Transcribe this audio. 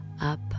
up